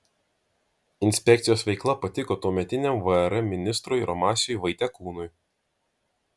inspekcijos veikla patiko tuometiniam vrm ministrui romasiui vaitekūnui